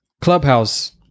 Clubhouse